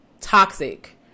toxic